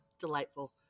delightful